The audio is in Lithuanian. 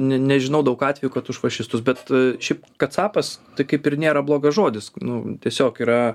ne nežinau daug atvejų kad už fašistus bet šiaip ka capas tai kaip ir nėra blogas žodis nu tiesiog yra